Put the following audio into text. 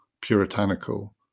puritanical